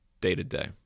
day-to-day